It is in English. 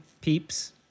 peeps